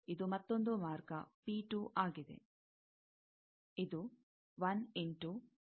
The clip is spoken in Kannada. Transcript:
ಆದ್ದರಿಂದ ಇದು ಮತ್ತೊಂದು ಮಾರ್ಗ ಆಗಿದೆ